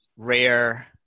rare